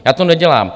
Já to nedělám.